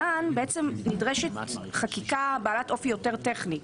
נדרשת חקיקה בעלת אופי יותר טכני,